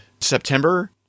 September